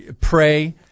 pray